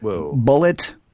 Bullet